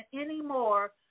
anymore